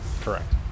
Correct